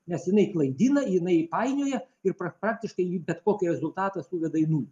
nes jinai klaidina jinai painioja ir pra praktiškai bet kokį rezultatą suveda į nulį